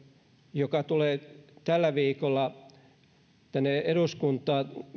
joka tulee tällä viikolla meille tänne eduskuntaan